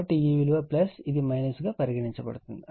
కాబట్టి ఈ విలువ ఇది గా పరిగణించబడుతుంది